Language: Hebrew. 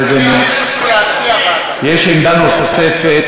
יש עמדה נוספת,